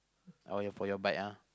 uh ya for your bike ah